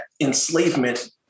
enslavement